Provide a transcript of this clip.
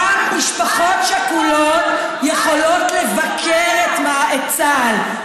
גם משפחות שכולות יכולות לבקר את צה"ל.